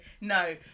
No